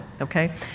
okay